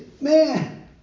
man